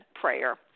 prayer